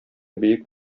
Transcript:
бөек